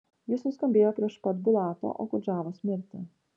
jis nuskambėjo prieš pat bulato okudžavos mirtį